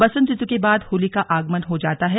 बंसत ऋतु के बाद होली का आगमन हो जाता है